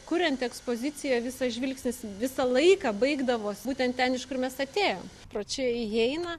kuriant ekspoziciją visą žvilgsnis visą laiką baigdavos būtent ten iš kur mes atėjom pro čia įeina